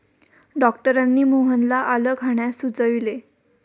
डॉक्टरांनी मोहनला आलं खाण्यास सुचविले